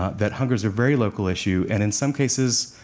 that hunger is a very local issue, and in some cases,